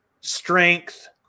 strength